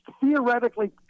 theoretically